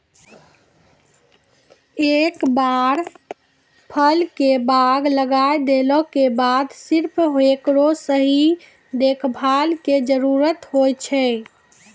एक बार फल के बाग लगाय देला के बाद सिर्फ हेकरो सही देखभाल के जरूरत होय छै